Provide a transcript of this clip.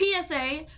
PSA